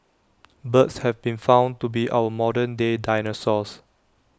birds have been found to be our modern day dinosaurs